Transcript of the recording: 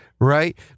right